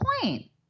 point